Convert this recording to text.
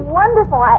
wonderful